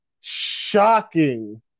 shocking